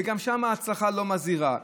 וגם שם ההצלחה לא מזהירה.